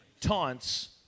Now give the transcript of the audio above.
taunts